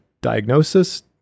diagnosis